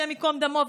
השם ייקום דמו,